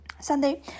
Sunday